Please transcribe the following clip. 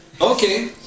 Okay